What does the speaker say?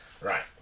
Right